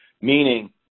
meaning